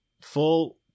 full